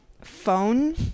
Phone